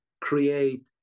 create